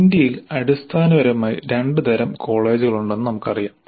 ഇന്ത്യയിൽ അടിസ്ഥാനപരമായി രണ്ട് തരം കോളേജുകളുണ്ടെന്ന് നമുക്കറിയാം